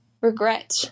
regret